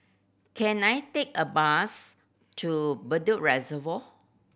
can I take a bus to Bedok Reservoir